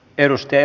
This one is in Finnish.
ennuste